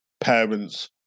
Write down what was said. parents